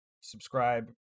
subscribe